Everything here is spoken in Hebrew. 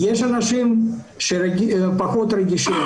יש אנשים שפחות רגישים,